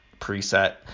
preset